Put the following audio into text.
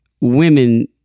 women